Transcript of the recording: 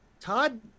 Todd